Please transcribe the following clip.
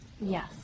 Yes